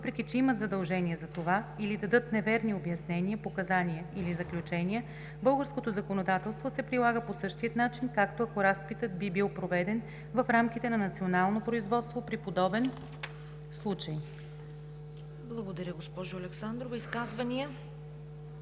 въпреки че имат задължение за това, или дадат неверни обяснения, показания или заключения, българското законодателство се прилага по същия начин, както ако разпитът би бил проведен в рамките на национално производство при подобен случай.“ ПРЕДСЕДАТЕЛ ЦВЕТА КАРАЯНЧЕВА: Благодаря, госпожо Александрова. Изказвания?